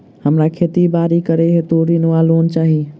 हमरा खेती बाड़ी करै हेतु ऋण वा लोन चाहि?